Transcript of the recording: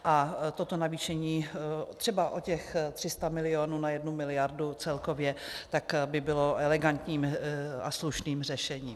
A toto navýšení třeba o těch 300 milionů na jednu miliardu celkově by bylo elegantním a slušným řešením.